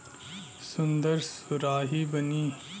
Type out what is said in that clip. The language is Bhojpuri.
सुन्दर सुराही बनी